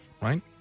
right